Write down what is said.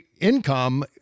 income